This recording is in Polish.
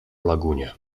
lagunie